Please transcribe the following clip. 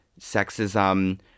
sexism